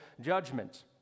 judgment